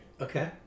Okay